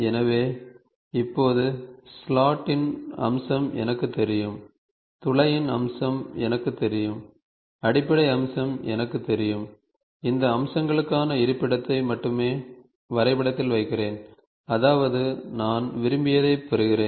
எனவே இப்போது ஸ்லாட் டின் அம்சம் எனக்குத் தெரியும் துளையின் அம்சம் எனக்குத் தெரியும் அடிப்படை அம்சம் எனக்குத் தெரியும் இந்த அம்சங்களுக்கான இருப்பிடத்தை மட்டுமே வரைபடத்தில் வைக்கிறேன் அதாவது நான் விரும்பியதைப் பெறுகிறேன்